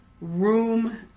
room